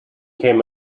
came